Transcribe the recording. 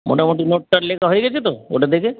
মোটামুটি নোট টোট লেখা হয়ে গিয়েছে তো ওটা দেখে